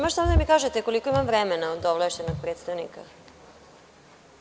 Možete li da mi kažete koliko imam vremena od ovlašćenog predstavnika?